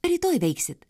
rytoj veiksit